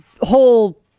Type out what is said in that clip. whole